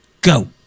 go